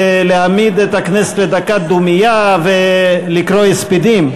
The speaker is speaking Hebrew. להעמיד את הכנסת לדקת דומייה ולקרוא הספדים.